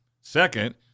Second